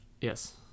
Yes